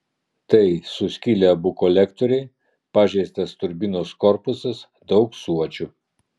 tai suskilę abu kolektoriai pažeistas turbinos korpusas daug suodžių